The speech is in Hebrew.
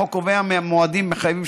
החוק קובע מועדים מחייבים,